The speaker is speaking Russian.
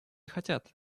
хотят